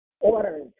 orders